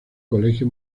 colegio